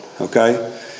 okay